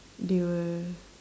they were